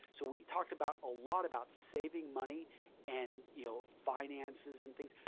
so we talked about a lot about saving money and you know finances and things,